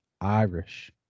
Irish